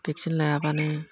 vaccine लायाबानो